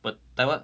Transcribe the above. but taiwan